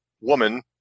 woman